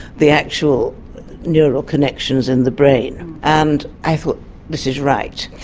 the actual neural connections in the brain and i thought this is right.